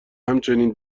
همچنین